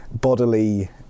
bodily